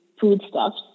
foodstuffs